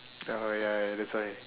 oh ya ya that's why